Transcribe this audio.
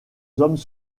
hommes